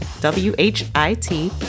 W-H-I-T